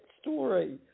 story